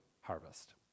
harvest